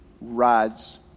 Rides